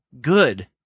good